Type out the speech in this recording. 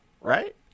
Right